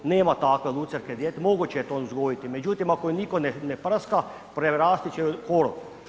Nema takve lucerke djeteline, moguće je to uzgojiti međutim ako je nitko ne prska, prerasti će u korov.